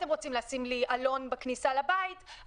אתם רוצים לשים לי עלון בכניסה לבית,